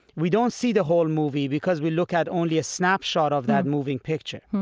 we don't see the whole movie, because we look at only a snapshot of that moving picture.